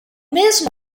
mesmo